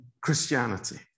Christianity